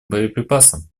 боеприпасам